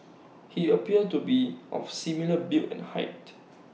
he appears to be of similar build and height